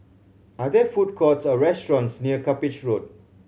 are there food courts or restaurants near Cuppage Road